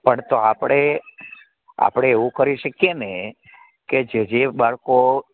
પણ તો આપણે આપણે એવું કરી શકીએ ને કે જે જે બાળકો